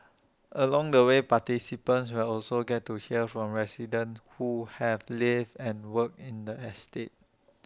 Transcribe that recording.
along the way participants will also get to hear from residents who have lived and worked in the estate